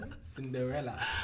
Cinderella